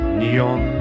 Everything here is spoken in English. neon